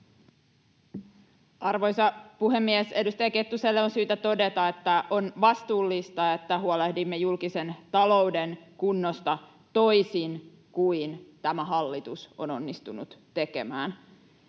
Arvoisa puhemies! Edustaja Kettuselle on syytä todeta, että on vastuullista, että huolehdimme julkisen talouden kunnosta, toisin kuin tämä hallitus on onnistunut tekemään.